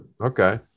Okay